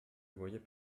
voyais